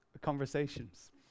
conversations